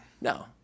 No